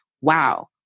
Wow